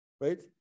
right